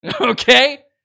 Okay